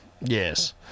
Yes